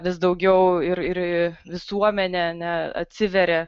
vis daugiau ir ir visuomenę ne atsiveria